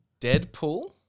Deadpool